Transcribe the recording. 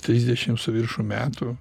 trisdešim su viršum metų